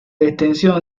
extensión